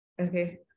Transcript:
Okay